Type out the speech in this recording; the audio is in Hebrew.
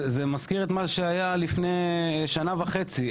זה מזכיר את מה שהיה לפני שנה וחצי,